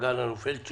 בתקנות הגבלת פעילות,